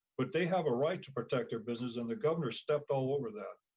but they have a right to protect their business and the governor stepped all over that.